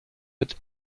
mit